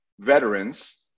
veterans